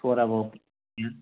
सराबा लोंजाया